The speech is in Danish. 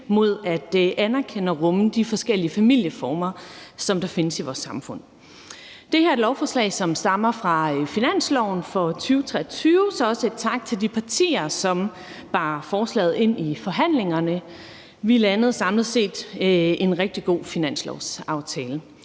mod at anerkende og rumme de forskellige familieformer, der findes i vores samfund. Det her lovforslag stammer fra finansloven for 2023, så også en tak til de partier, som bar forslaget ind i forhandlingerne. Vi landede samlet set en rigtig god finanslovsaftale.